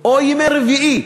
או ימי רביעי,